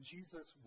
Jesus